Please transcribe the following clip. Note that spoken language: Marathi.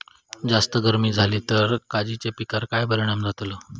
जास्त गर्मी जाली तर काजीच्या पीकार काय परिणाम जतालो?